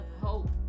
hope